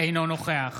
אינו נוכח